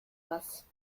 was